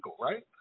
right